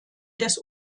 des